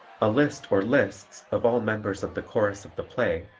a list or lists of all members of the chorus of the play,